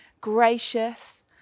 gracious